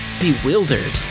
bewildered